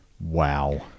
Wow